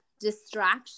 distraction